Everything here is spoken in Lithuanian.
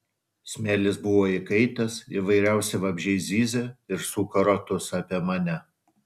smėlis buvo įkaitęs įvairiausi vabzdžiai zyzė ir suko ratus apie mane